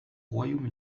royaume